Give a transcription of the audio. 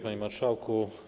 Panie Marszałku!